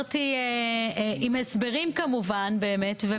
זה משהו שחייבים לעשות אותו ולהרגיל.